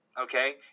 Okay